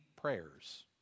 prayers